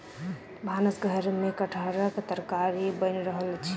भानस घर में कटहरक तरकारी बैन रहल अछि